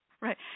Right